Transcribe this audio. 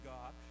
God